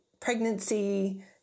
pregnancy